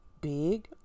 big